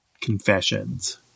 confessions